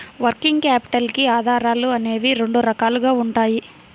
working capital కి ఆధారాలు అనేవి రెండు రకాలుగా ఉంటాయి